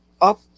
up